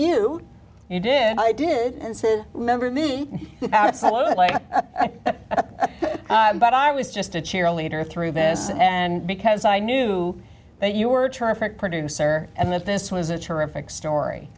you you did i did remember me but i was just a cheerleader through this and because i knew that you were terrific producer and that this was a terrific story